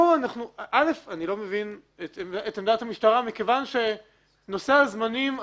אני לא מבין את עמדת המשטרה מכיוון שנושא הזמנים אכן,